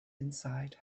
inside